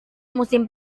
musim